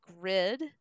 grid